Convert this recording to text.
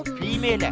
female.